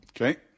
Okay